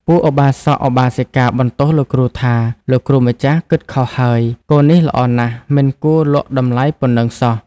ពួកឧបាសកឧបាសិកាបន្ទោសលោកគ្រូថា "លោកគ្រូម្ចាស់ គិតខុសហើយ គោនេះល្អណាស់មិនគួរលក់តម្លៃប៉ុណ្ណឹងសោះ"។